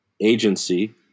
agency